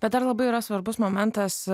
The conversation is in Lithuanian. bet ar labai yra svarbus momentas